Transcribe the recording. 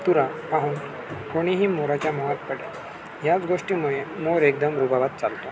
तुरा पाहून कोणीही मोराच्या मोहात पडेल याच गोष्टीमुळे मोर एकदम रुबाबात चालतो